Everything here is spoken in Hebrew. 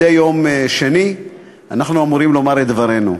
מדי יום שני אנחנו אמורים לומר את דברנו.